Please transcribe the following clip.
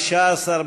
התשע"ה 2015,